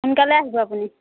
সোনকালে আহিব আপুনি